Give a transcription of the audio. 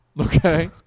Okay